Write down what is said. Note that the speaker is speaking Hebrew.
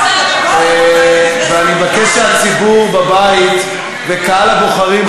ואני מבקש שהציבור בבית וקהל הבוחרים,